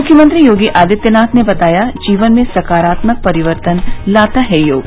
मुख्यमंत्री योगी आदित्यनाथ ने बताया जीवन में सकारात्मक परिवर्तन लाता है योग